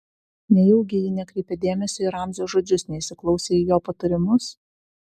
nejaugi ji nekreipė dėmesio į ramzio žodžius neįsiklausė į jo patarimus